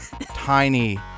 tiny